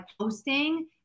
posting